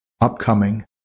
Upcoming